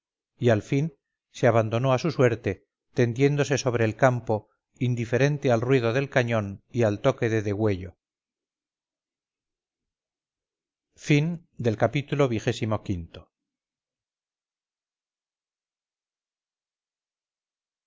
y al fin se abandonó a su suerte tendiéndose sobre el campo indiferente al ruido del cañón y al toque de degüello ii